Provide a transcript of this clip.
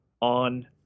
on